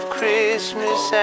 Christmas